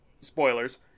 spoilers